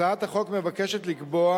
הצעת החוק מבקשת לקבוע